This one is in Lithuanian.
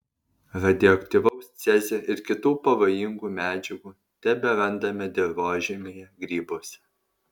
radioaktyvaus cezio ir kitų pavojingų medžiagų teberandame dirvožemyje grybuose